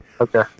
Okay